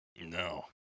No